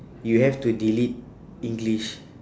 you have to delete english